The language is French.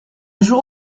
jour